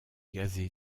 gazé